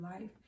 life